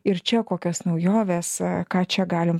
ir čia kokios naujovės ką čia galim